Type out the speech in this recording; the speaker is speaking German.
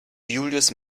julius